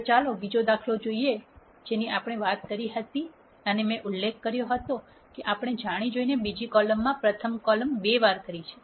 હવે ચાલો બીજો દાખલો લઈએ જેની આપણે વાત કરી હતી જ્યાં મેં ઉલ્લેખ કર્યો છે કે આપણે જાણીજોઈને બીજી કોલમ પ્રથમ કોલમમાં બે વાર કરી છે